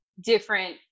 different